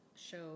Show